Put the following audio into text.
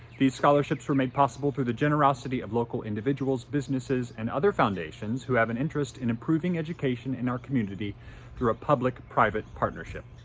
these scholarships were made possible through the generosity of local individuals, businesses, and other foundations who have an interest in improving education in our community through a public-private partnership.